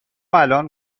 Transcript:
الان